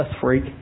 freak